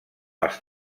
els